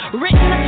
written